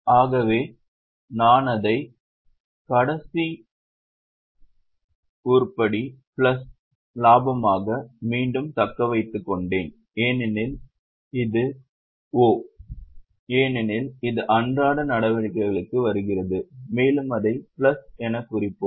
ஆகவே நான் அதை பிளஸ் கடைசி உருப்படி லாபமாக மீண்டும் தக்க வைத்துக் கொண்டேன் ஏனெனில் இது O ஏனெனில் இது அன்றாட நடவடிக்கைகளுக்கு வருகிறது மேலும் அதை பிளஸ் என்று குறிப்போம்